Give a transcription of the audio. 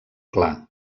clar